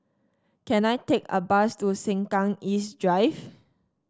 can I take a bus to Sengkang East Drive